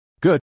Good